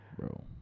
Bro